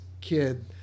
kid